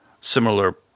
similar